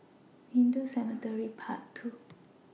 Hindu Cemetery Path two